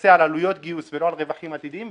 שתפצה על עלויות גיוס ולא על רווחים עתידיים,